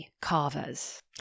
carvers